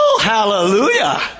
hallelujah